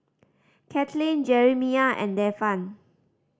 Katelyn Jerimiah and Devan